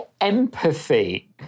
empathy